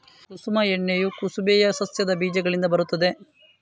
ಕುಸುಮ ಎಣ್ಣೆಯು ಕುಸುಬೆಯ ಸಸ್ಯದ ಬೀಜಗಳಿಂದ ಬರುತ್ತದೆ